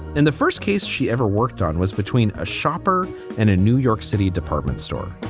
in the first case she ever worked on was between a shopper and a new york city department store